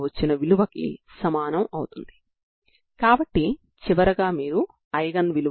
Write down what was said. ఈ విలువలన్నీ n మీద ఆధారపడి ఉంటాయి